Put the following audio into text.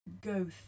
go